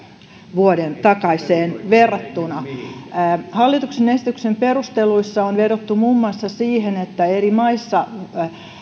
vuoden takaiseen tilaan verrattuna hallituksen esityksen perusteluissa on vedottu muun muassa siihen että eri maissa